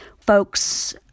folks